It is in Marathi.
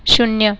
शून्य